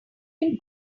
can